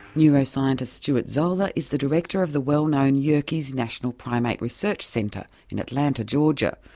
neuroscientist stuart zola is the director of the well known yerkes national primate research centre in atlanta, georgia,